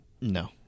No